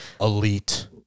Elite